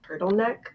turtleneck